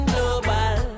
Global